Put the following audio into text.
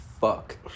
fuck